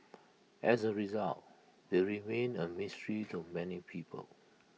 as A result they remain A mystery to many people